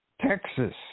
Texas